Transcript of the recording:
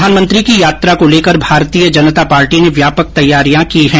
प्रधानमंत्री की यात्रा को लेकर भारतीय जनता पार्टी ने व्यापक तैयारियां की है